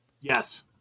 Yes